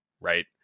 right